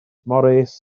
morris